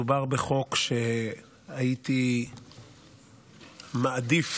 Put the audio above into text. מדובר בחוק שהייתי מעדיף